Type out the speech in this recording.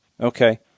Okay